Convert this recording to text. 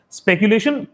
speculation